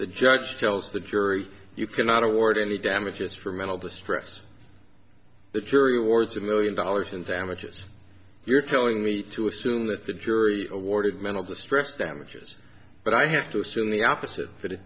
the judge tells the jury you cannot award any damages for mental distress the jury awards a million dollars in damages you're telling me to assume that the jury awarded mental distress damages but i have to assume the opposite that it